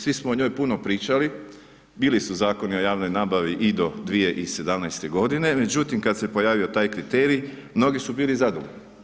Svi smo o njoj puno pričali, bili su Zakoni o javnoj nabavi i do 2017. godine, međutim kada se pojavio taj kriterij mnogi su bili zadovoljni.